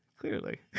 Clearly